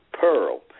pearl